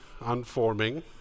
unforming